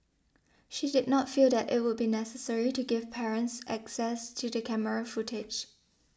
she did not feel that it would be necessary to give parents access to the camera footage